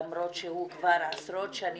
למרות שהוא קיים כבר עשרות שנים,